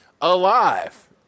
alive